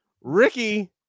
Ricky